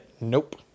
nope